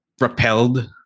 repelled